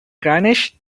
garnished